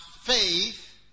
faith